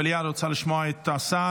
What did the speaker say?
המליאה רוצה לשמוע את השר.